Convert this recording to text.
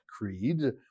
creed